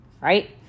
right